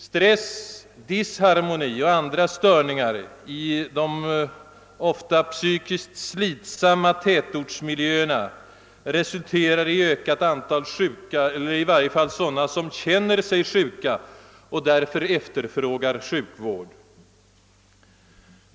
Stress, disharmoni och andra störningar i de ofta psykiskt slitsamma tätortsmiljöerna uppstår i stället och resulterar i ökat antal sjuka eller i varje fall sådana som känner sig sjuka. Efterfrågan på sjukvård ökar därmed.